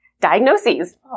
diagnoses